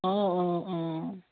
অঁ অঁ অঁ